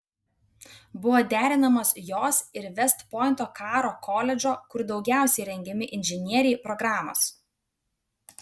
buvo derinamos jos ir vest pointo karo koledžo kur daugiausiai rengiami inžinieriai programos